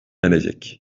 erecek